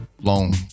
long